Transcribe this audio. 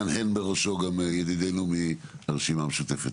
מהנהן בראשו גם ידידי מהרשימה המשותפת.